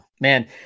man